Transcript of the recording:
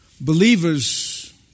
believers